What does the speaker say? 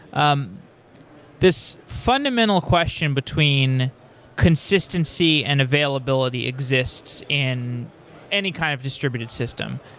um this fundamental question between consistency and availability exists in any kind of distributive system,